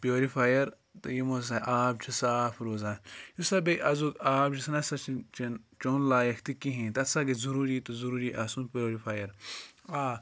purifier تہٕ یِمو ہَسا آب چھِ صاف روزان یُس ہَسا بیٚیہِ آزُک آب چھُ نہٕ سا چھُنہٕ چٮ۪ن چیوٚن لایق تہِ کِہیٖنۍ تَتھ ہَسا گَژھِ ضٔروٗری تہٕ ضوٚروٗری آسُن پیورِفایَر آ